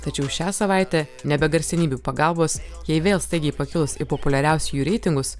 tačiau šią savaitę ne be garsenybių pagalbos jai vėl staigiai pakilus į populiariausiųjų reitingus